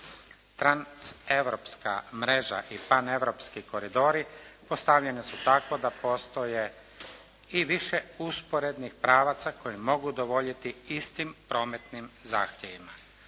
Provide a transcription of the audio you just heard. Transeuropska mreža i paneuropski koridori postavljeni su tako da postoje i više usporednih pravaca koji mogu udovoljiti istim prometnim zahtjevima.